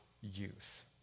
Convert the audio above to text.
youth